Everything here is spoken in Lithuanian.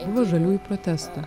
buvo žaliųjų proteste